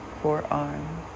forearm